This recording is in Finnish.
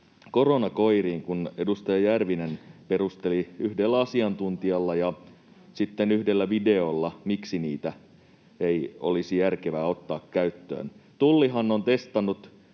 koronakoiriin, kun edustaja Järvinen perusteli yhdellä asiantuntijalla ja sitten yhdellä videolla, miksi niitä ei olisi järkevää ottaa käyttöön. Tullihan on teettänyt